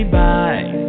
bye